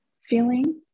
feeling